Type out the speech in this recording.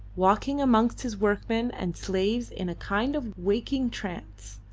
walking amongst his workmen and slaves in a kind of waking trance,